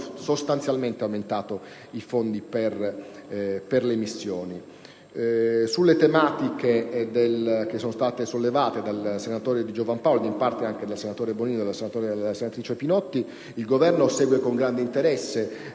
le tematiche che sono state sollevate dal senatore Di Giovan Paolo ed in parte anche dalla senatrice Bonino e dalla senatrice Pinotti, il Governo segue con grande interesse